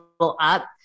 up